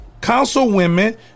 Councilwomen